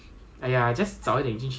thirty first October